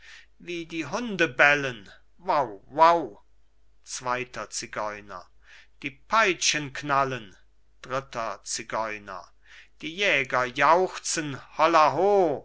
wie die hunde bellen wau wau zweiter zigeuner die peitschen knallen dritter zigeuner die jäger jauchzen